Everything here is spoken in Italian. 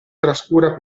trascura